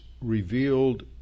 revealed